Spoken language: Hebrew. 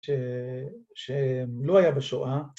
‫שלא היה בשואה.